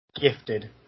gifted